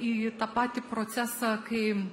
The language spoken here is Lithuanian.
į tą patį procesą kai